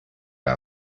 our